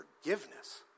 forgiveness